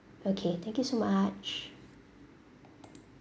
okay thank you so much